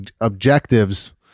objectives